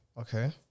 Okay